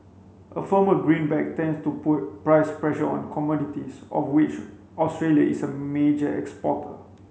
a firmer greenback tends to put price pressure on commodities of which Australia is a major exporter